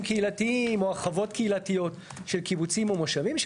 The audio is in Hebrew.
קהילתיים או הרחבות קהילתיות של קיבוצים או מושבים,